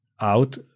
out